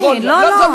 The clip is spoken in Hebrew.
לא,